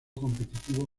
competitivo